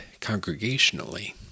congregationally